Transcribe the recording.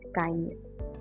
kindness